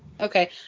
Okay